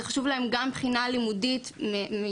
זה חשוב להם גם מבחינה לימודית מתוך